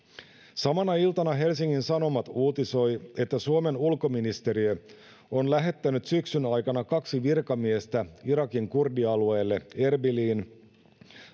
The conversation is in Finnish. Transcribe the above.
samana iltana helsingin sanomat uutisoi että suomen ulkoministeriö on lähettänyt syksyn aikana kaksi virkamiestä irakin kurdialueelle erbiliin